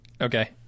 okay